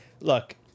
look